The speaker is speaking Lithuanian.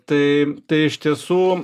tai tai iš tiesų